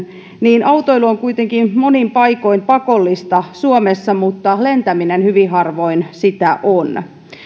niin autoilu on kuitenkin monin paikoin pakollista suomessa mutta lentäminen hyvin harvoin sitä on